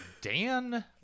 Dan